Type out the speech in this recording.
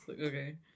Okay